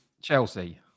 Chelsea